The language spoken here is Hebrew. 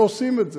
ועושים את זה,